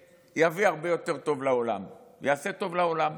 שיביא הרבה יותר טוב לעולם, יעשה טוב לעולם,